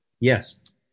Yes